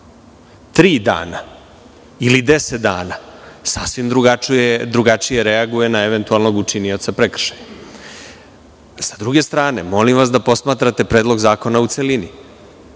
dana ili 10 dana, sasvim drugačije reaguje na eventualnog učinioca prekršaja. Sa druge strane, molim vas da posmatrate Predlog zakona u celini.